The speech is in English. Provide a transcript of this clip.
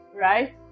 right